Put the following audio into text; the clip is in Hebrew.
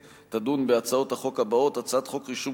תדון בהצעות החוק הבאות: הצעת חוק רישום